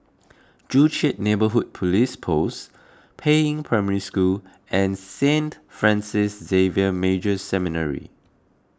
Joo Chiat Neighbourhood Police Post Peiying Primary School and Saint Francis Xavier Major Seminary